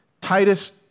Titus